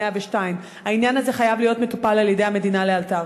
102. העניין הזה חייב להיות מטופל על-ידי המדינה לאלתר.